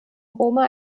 roma